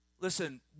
Listen